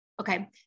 okay